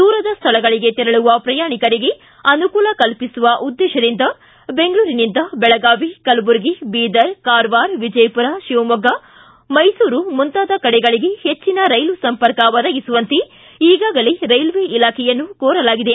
ದೂರದ ಸ್ವಳಗಳಿಗೆ ತೆರಳುವ ಪ್ರಯಾಣಿಕರಿಗೆ ಅನುಕೂಲ ಕಲ್ಲಿಸುವ ಉದ್ದೇಶದಿಂದ ಬೆಂಗಳೂರಿನಿಂದ ಬೆಳಗಾವಿ ಕಲಬುರ್ಗಿ ಬೀದರ್ ಕಾರವಾರ ವಿಜಯಪುರ ಶಿವಮೊಗ್ಗ ಮೈಸೂರು ಮುಂತಾದ ಕಡೆಗಳಿಗೆ ಹೆಚ್ಚಿನ ರೈಲು ಸಂಪರ್ಕ ಒದಗಿಸುವಂತೆ ಈಗಾಗಲೇ ರೈಲ್ವೆ ಇಲಾಖೆಯನ್ನು ಕೋರಲಾಗಿದೆ